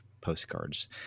postcards